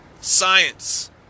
Science